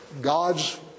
God's